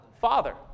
Father